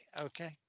Okay